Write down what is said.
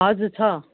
हजुर छ